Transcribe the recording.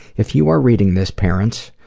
if you are reading this parents,